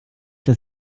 der